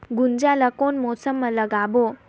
गुनजा ला कोन मौसम मा लगाबो?